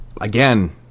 again